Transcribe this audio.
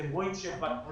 אתם רואים שבתקופה,